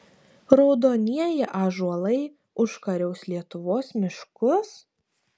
raudonieji ąžuolai užkariaus lietuvos miškus